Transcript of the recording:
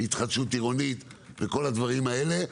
להתחדשות עירונית ולכל הדברים האלה,